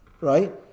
Right